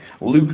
Luke